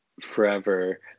forever